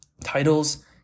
titles